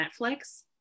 Netflix